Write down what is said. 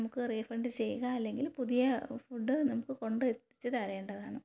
നമക്ക് റീഫണ്ട് ചെയ്യുക അല്ലെങ്കിൽ പുതിയ ഫുഡ് നമുക്ക് കൊണ്ടെത്തിച്ചു തരേണ്ടതാണ്